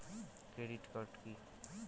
Credit card key?